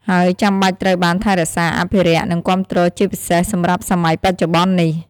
ហើយចាំបាច់ត្រូវបានថែរក្សា អភិរក្ស និងគាំទ្រជាពិសេសសម្រាប់សម័យបច្ចុប្បន្ននេះ។